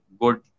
good